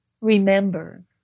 Remember